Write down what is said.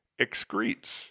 excretes